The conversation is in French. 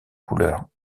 couleurs